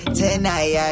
tonight